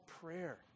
prayer